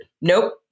Nope